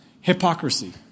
Hypocrisy